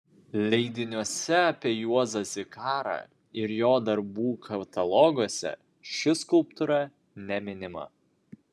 leidiniuose apie juozą zikarą ir jo darbų kataloguose ši skulptūra neminima